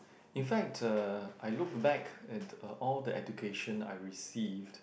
in fact I look back at a all the education I received